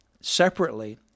separately